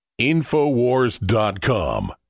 Infowars.com